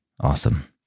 Awesome